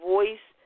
Voice